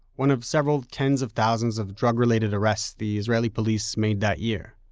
one of several tens of thousands of drug-related arrests the israeli police made that year.